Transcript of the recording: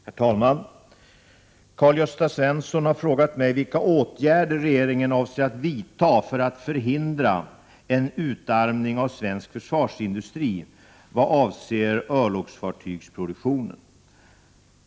Herr talman! Karl-Gösta Svenson har frågat mig vilka åtgärder regeringen avser att vidta för att förhindra en utarmning av svensk försvarsindustri vad avser örlogsfartygsproduktionen.